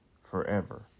forever